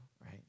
right